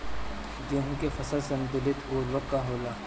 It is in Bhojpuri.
गेहूं के फसल संतुलित उर्वरक का होला?